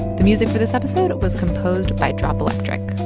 the music for this episode was composed by drop electric.